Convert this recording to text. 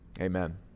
Amen